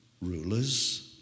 Rulers